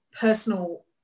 personal